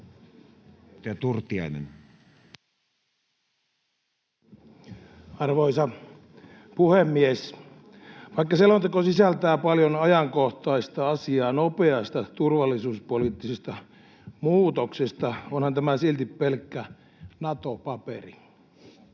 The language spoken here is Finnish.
Arvoisa puhemies! Vaikka selonteko sisältää paljon ajankohtaista asiaa nopeasta turvallisuuspoliittisesta muutoksesta, onhan tämä silti pelkkä Nato-paperi.